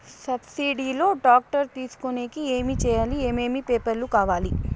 Subsidy లో tractor తీసుకొనేకి ఏమి చేయాలి? ఏమేమి పేపర్లు కావాలి?